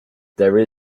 there